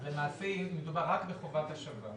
אז למעשה מדובר רק בחובת השבה.